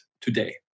today